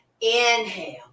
inhale